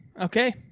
okay